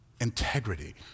integrity